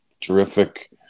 terrific